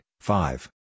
five